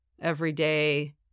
everyday